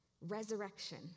Resurrection